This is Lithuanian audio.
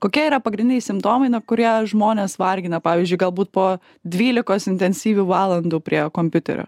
kokie yra pagrindiniai simptomai na kurie žmones vargina pavyzdžiui galbūt po dvylikos intensyvių valandų prie kompiuterio